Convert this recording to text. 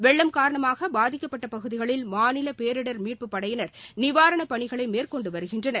வெள்ளம் காரணமாக பாதிக்கப்பட்ட பகுதிகளில் மாநில பேரிடர் மீட்பு படையினர் நிவாரண பணிகளை மேற்கொண்டு வருகின்றனர்